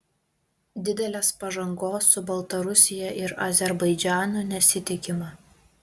didelės pažangos su baltarusija ir azerbaidžanu nesitikima